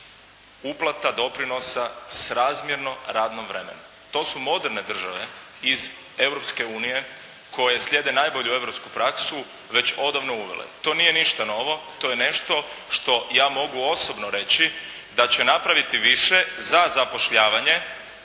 uplata doprinosa srazmjerno radnom vremenu. To su moderne države iz Europske unije koje slijede najbolju europsku praksu, već odavno uvele. To nije ništa novo. To je nešto što ja mogu osobno reći da će napraviti više za zapošljavanje